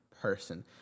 person